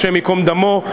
השם ייקום דמו,